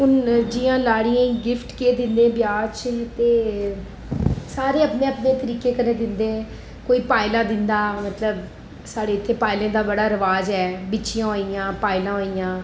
हून जि'यां लाड़ियै गी गिफ्ट केह् दिंदे ब्याह् च ते सारे अपने अपने तरीके कन्नै दिंदे कोई पायलां दिंदा मतलब साढ़े इत्थै पायलें दा बड़ा रिवाज ऐ बिच्छियां होई गेइयां पायलां होई गेइयां